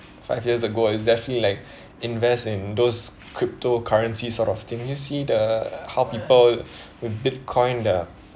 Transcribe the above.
five years ago it's definitely like invest in those cryptocurrencies sort of thing you see the how people with Bitcoin the